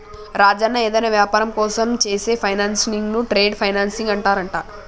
రాజన్న ఏదైనా వ్యాపారం కోసం చేసే ఫైనాన్సింగ్ ను ట్రేడ్ ఫైనాన్సింగ్ అంటారంట